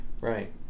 Right